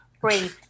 breathe